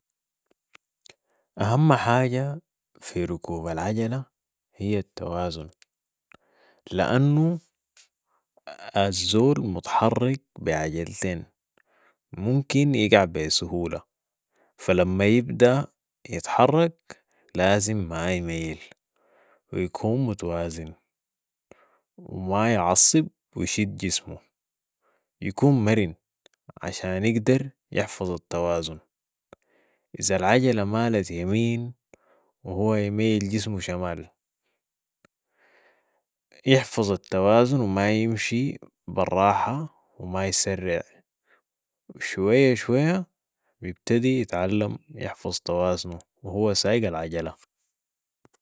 اهم حاجة في ركوب العجله هي التوازن لانو الزول متحرك بي عجلتين ممكن يقع بسهوله فلما يبدي يتحرك لازم ما يميل ويكون متوازن وما يعصب ويشد جسمه يكون مرن عشان يقدر يحفظ التوازن اذا العجله مالت يمين وهو يميل جسمه شمال يحفظ التوازن وما يمشي براحه وما يسرع وشويه شويه بيبتدي يتعلم يحفظ توازنه وهو سايق العجله